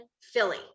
Philly